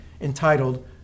entitled